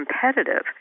competitive